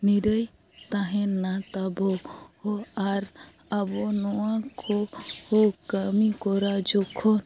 ᱱᱤᱨᱟᱹᱭ ᱛᱟᱦᱮᱱᱟ ᱛᱟᱵᱚ ᱟᱨ ᱟᱵᱚ ᱱᱚᱣᱟ ᱠᱚ ᱠᱟᱹᱢᱤ ᱠᱚᱨᱟᱣ ᱡᱚᱠᱷᱚᱱ ᱟᱵᱚ ᱟᱨ ᱟᱵᱚ ᱱᱚᱣᱟ ᱠᱚ ᱠᱟᱢᱤ ᱠᱚᱨᱟᱣ ᱡᱚᱠᱷᱚᱱ